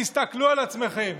תסתכלו על עצמכם.